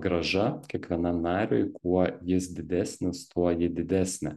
grąža kiekvienam nariui kuo jis didesnis tuo ji didesnė